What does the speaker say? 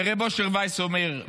ורב אשר וייס אומר: